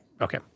Okay